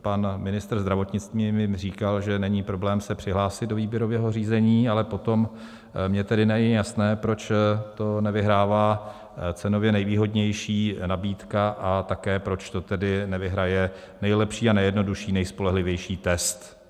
Pan ministr zdravotnictví mi říkal, že není problém se přihlásit do výběrového řízení, ale potom mně tedy není jasné, proč to nevyhrává cenově nejvýhodnější nabídka, a také proč to tedy nevyhraje nejlepší a nejjednodušší nejspolehlivější test.